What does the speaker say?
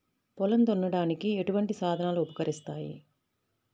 పొలం దున్నడానికి ఎటువంటి సాధనాలు ఉపకరిస్తాయి?